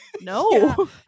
No